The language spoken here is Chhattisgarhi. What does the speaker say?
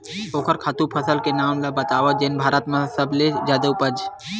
ओखर खातु फसल के नाम ला बतावव जेन भारत मा सबले जादा उपज?